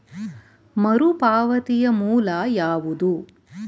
ಮರುಪಾವತಿಯ ಮೂಲ ಯಾವುದು?